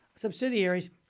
Subsidiaries